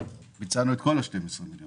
ביצענו את כל ה-12 מיליון שקל.